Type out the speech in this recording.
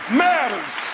matters